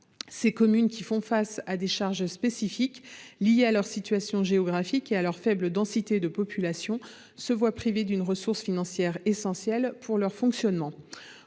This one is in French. Ces communes, qui font face à des charges spécifiques liées à leur situation géographique et à leur faible densité de population, se voient privées d’une ressource financière essentielle à leur fonctionnement.